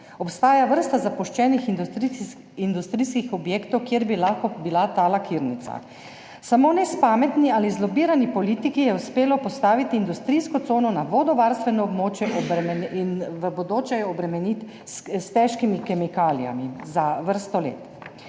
Obstaja vrsta zapuščenih industrijskih objektov, kjer bi lahko bila ta lakirnica. Samo nespametni ali zlobirani politiki je uspelo postaviti industrijsko cono na vodovarstveno območje in ga v bodoče obremeniti s težkimi kemikalijami za vrsto let.